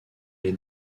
les